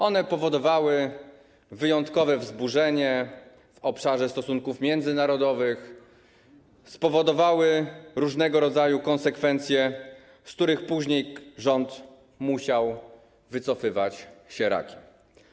One powodowały wyjątkowe wzburzenie w obszarze stosunków międzynarodowych, spowodowały różnego rodzaju konsekwencje, z których później rząd musiał wycofywać się rakiem.